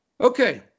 Okay